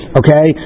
okay